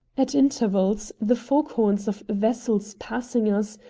at intervals the fog-horns of vessels passing us,